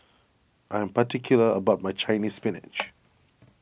I am particular about my Chinese Spinach